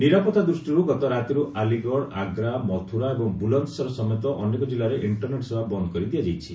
ନିରାପତ୍ତା ଦୂଷ୍ଟିରୁ ଗତ ରାତିରୁ ଆଲିଗଡ଼ ଆଗ୍ରା ମଥୁରା ଏବଂ ବୁଲନ୍ଦସର ସମେତ ଅନେକ କିଲ୍ଲାରେ ଇଷ୍ଟରନେଟ୍ ସେବା ବନ୍ଦ୍ କରିଦିଆଯାଇଛି